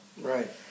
Right